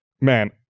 man